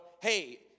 hey